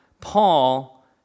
Paul